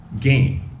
game